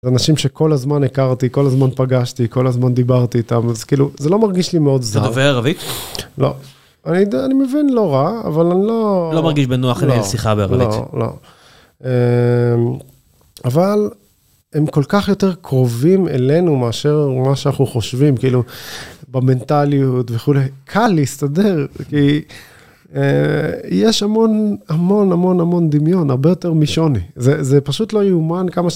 אנשים שכל הזמן הכרתי, כל הזמן פגשתי, כל הזמן דיברתי איתם, אז כאילו, זה לא מרגיש לי מאוד זר. אתה דובר ערבי? לא. אני מבין, לא רע, אבל אני לא... לא מרגיש בנוח לנהל שיחה בערבית. לא, לא. אבל הם כל כך יותר קרובים אלינו מאשר מה שאנחנו חושבים, כאילו, במנטליות וכו', קל להסתדר, כי יש המון, המון, המון, המון דמיון, הרבה יותר משוני. זה פשוט לא יאמן כמה...